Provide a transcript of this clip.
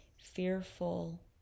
fearful